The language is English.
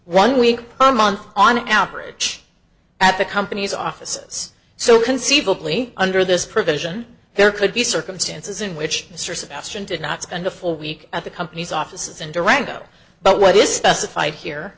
one week a month on average at the company's offices so conceivably under this provision there could be circumstances in which mr sebastian did not spend a full week at the company's offices in durango but what is specified here